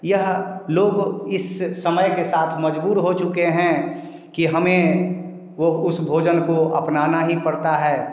यह लोग इस समय के साथ मजबूर हो चुके हैं कि हमें वो उस भोजन को अपनाना ही पड़ता है